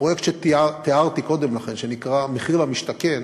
הפרויקט שתיארתי קודם לכן, שנקרא מחיר למשתכן,